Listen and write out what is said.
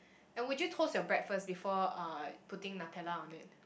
and would you toast your bread first before uh putting Nutella on it